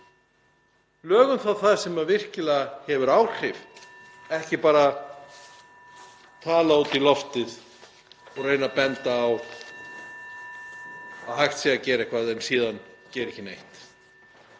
lögum þá það sem virkilega hefur áhrif. (Forseti hringir.) Ekki bara tala út í loftið og reyna að benda á að hægt sé að gera eitthvað af því en síðan gera ekki neitt.